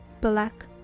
black